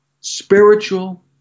spiritual